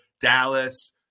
Dallas